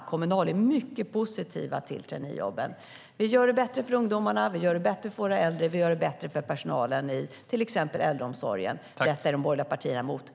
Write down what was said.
Inom Kommunal är man mycket positiv till traineejobben. Vi gör det bättre för ungdomarna, vi gör det bättre för våra äldre och vi gör det bättre för personalen i till exempel äldreomsorgen. Det är de borgerliga partierna emot.